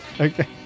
Okay